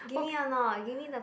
give me or not give me the